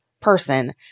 person